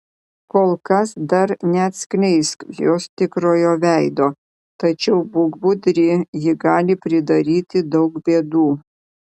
kol kas dar neatskleisk jos tikrojo veido tačiau būk budri ji gali pridaryti daug bėdų